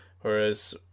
Whereas